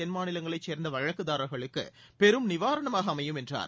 தென் மாநிலங்களைச் சேர்ந்த வழக்குதாரர்களுக்கு பெரும் நிவாரணமாக அமையும் என்றார்